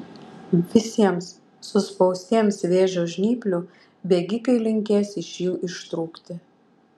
visiems suspaustiems vėžio žnyplių bėgikai linkės iš jų ištrūkti